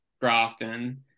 Grafton